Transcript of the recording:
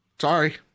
Sorry